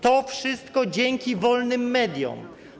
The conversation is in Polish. To wszystko dzięki wolnym mediom.